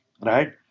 right